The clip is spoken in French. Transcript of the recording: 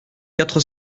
quatre